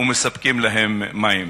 ומספקים להם מים.